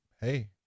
hey